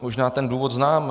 Možná ten důvod znám.